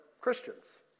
Christians